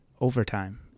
overtime